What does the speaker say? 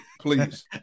please